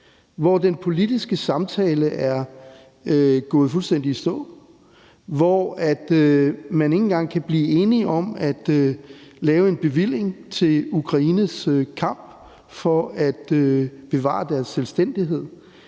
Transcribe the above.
hvor den politiske samtale er gået fuldstændig i stå, hvor man ikke engang kan blive enige om at lave en bevilling til Ukraines kamp for at bevare deres selvstændighed,